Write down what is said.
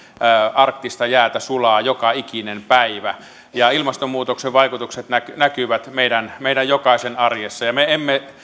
arktista jäätä sulaa joka ikinen päivä ilmastonmuutoksen vaikutukset näkyvät meidän meidän jokaisen arjessa ja me emme